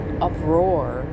uproar